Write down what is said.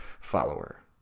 follower